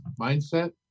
mindset